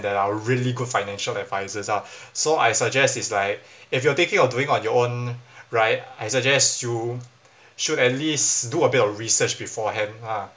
there are really good financial advisors ah so I suggest is like if you are thinking of doing on your own right I suggest you should at least do a bit of research beforehand ah